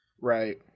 right